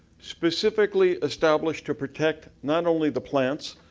specifically established to protect not only the plants,